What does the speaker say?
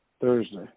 Thursday